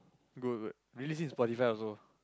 good good release in Spotify also